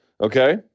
okay